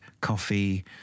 coffee